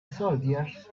soldiers